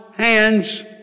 Hands